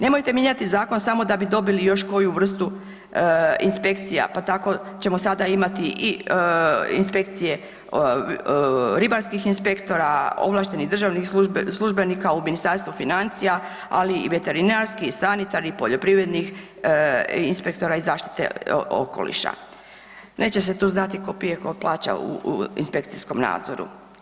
Nemojte mijenjati zakon da bi dobili još koju vrstu inspekcija pa tako ćemo sada imati i inspekcije ribarskih inspektora ovlaštenih državnih službenika u Ministarstvu financija, ali i veterinarskih i sanitarnih i poljoprivrednih inspektora i zaštite okoliša, neće se tu znati tko pije, tko plaća u inspekcijskom nadzoru.